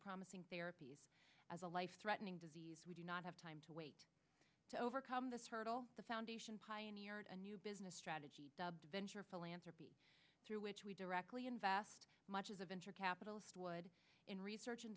promising therapies as a life threatening disease we do not have time to wait to overcome this hurdle the foundation pioneered a new business strategy dubbed venture philanthropy through which we directly invest much as a venture capitalist would in research and